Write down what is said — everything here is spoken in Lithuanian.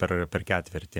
per per ketvirtį